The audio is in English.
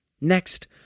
Next